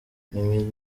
mimi